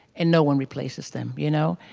and no one replaces them. you know,